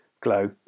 Glow